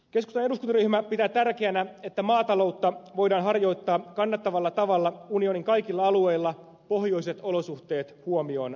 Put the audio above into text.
keskustan eduskuntaryhmä pitää tärkeänä että maataloutta voidaan harjoittaa kannattavalla tavalla unionin kaikilla alueilla pohjoiset olosuhteet huomioon ottaen